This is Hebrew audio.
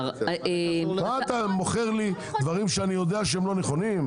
מה אתה מוכר לי דברים שאני יודע שהם לא נכונים,